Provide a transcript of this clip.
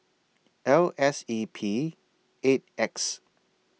L S E P eight X